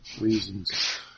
reasons